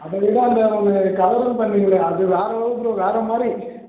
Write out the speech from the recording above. அதை விட அந்த நீங்கள் கலரிங் பண்ணுவீங்களே அது வேறு லெவல் ப்ரோ வேறு மாதிரி